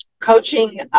Coaching